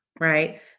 Right